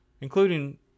including